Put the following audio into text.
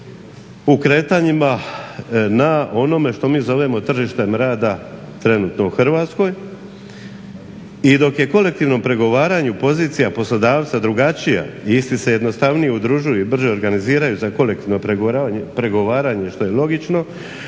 u kretanjima na onome što mi zovemo tržištem rada trenutno u Hrvatskoj. I dok je kolektivnom pregovaranju pozicija poslodavca drugačija i isti se jednostavnije udružuje i brže organiziraju za kolektivno pregovaranje što je logično.